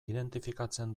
identifikatzen